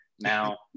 Now